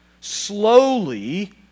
Slowly